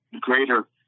greater